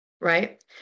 right